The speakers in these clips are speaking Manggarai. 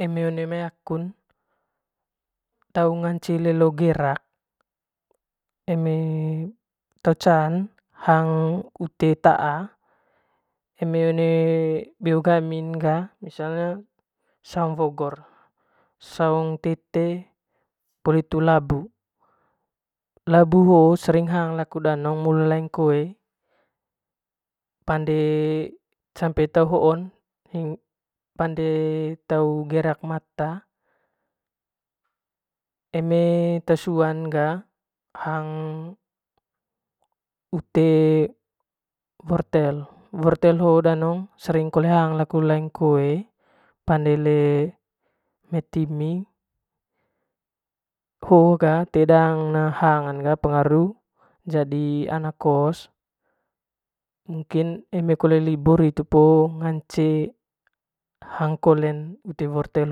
Eme one mai akun te ngance lelo gerak te can ga ute taa eme one beo gamin ga misalnya saung woogor, saung tete poli hitu labu, labu hoo laku danong sering hang laing koe sampe te hoon pande tau gerak mata eme te suan ga hang ute wortel wortel hoo danong sering kole hang laing koe pande le met timi hoo ga toe danga hangn ga pengaru jadi hanang kos mungkin eme kut linur nganceng hang kolen ute wortel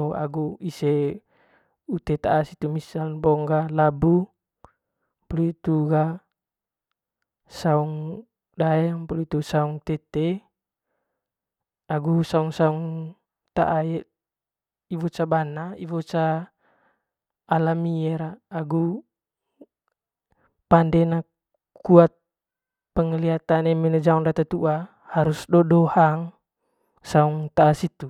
ho agu ite taa situ misalnya bo ga labu poli hitu a sang ndeng oli hitu ga saung tete agu saung saung taa iwo cebana iow ce alami agu pande enak kuat pengelihatan eme le jaong data tuua harus doo- doo hang saung taa situ.